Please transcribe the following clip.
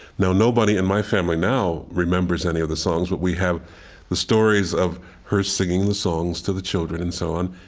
now nobody in my family now remembers any of the songs, but we have the stories of her singing the songs to the children and so on.